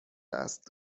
است